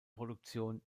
produktion